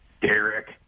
Derek